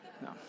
No